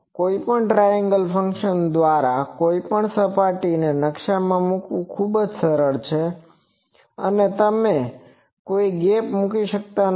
કોઈપણ triangle function દ્વારા કોઈપણ સપાટીને નકશામાં મુકવું ખૂબ જ સરળ છે અને તમે કોઈ ગેપ મૂકી શકતા નથી